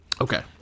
Okay